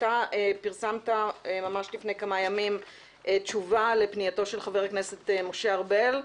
אתה פרסמת ממש לפני כמה ימים תשובה לפנייתו של חבר הכנסת משה ארבל.